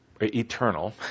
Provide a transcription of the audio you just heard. eternal